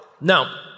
now